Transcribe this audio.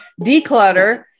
declutter